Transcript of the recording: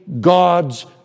God's